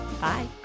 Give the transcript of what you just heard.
Bye